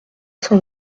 cent